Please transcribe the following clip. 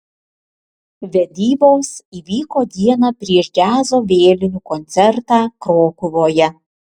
vedybos įvyko dieną prieš džiazo vėlinių koncertą krokuvoje